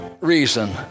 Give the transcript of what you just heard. reason